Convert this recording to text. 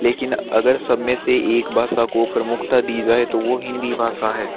लेकिन अगर सब में से एक भाषा को प्रमुखता दी जाए तो वो हिंदी भाषा है